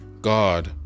God